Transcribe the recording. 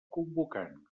convocant